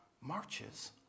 marches